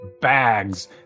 bags